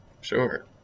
Sure